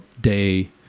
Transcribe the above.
day